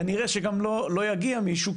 כנראה שגם לא יגיע מישהו,